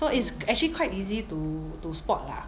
so it's actually quite easy to to spot lah